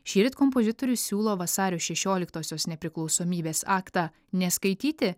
šįryt kompozitorius siūlo vasario šešioliktosios nepriklausomybės aktą ne skaityti